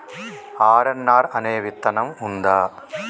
RNR అనే విత్తనం ఉందా?